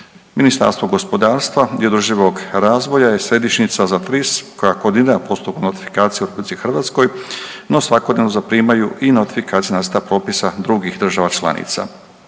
Ministarstvo gospodarstva i održivog razvoja je središnjica za TRIS koja koordinira postupak notifikacije u RH no svakodnevno zaprimaju i notifikacije nacrta propisa drugih država članica.